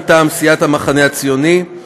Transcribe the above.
מטעם סיעת המחנה הציוני.